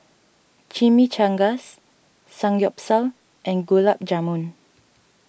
Chimichangas Samgyeopsal and Gulab Jamun